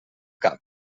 cap